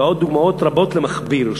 ועוד דוגמאות רבות למכביר,